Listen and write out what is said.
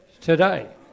today